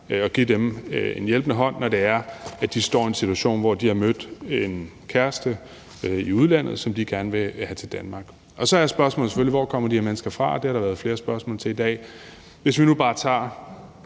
at give dem en hjælpende hånd, når de står i en situation, hvor de har mødt en kæreste i udlandet, som de gerne vil have til Danmark. Så er spørgsmålet selvfølgelig: Hvor kommer de her mennesker fra? Det har der været flere spørgsmål til i dag. Hvis vi nu bare tager